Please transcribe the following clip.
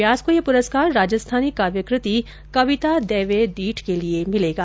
व्यास को ये पुरस्कार राजस्थानी काव्यकृति कविता देवै दीठ के लिये मिलेगा